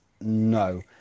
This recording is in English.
no